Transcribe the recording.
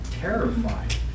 Terrified